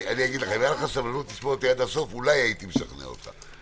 אם הייתה לך סבלנות לשמוע אותי עד הסוף אולי הייתי משכנע אותך.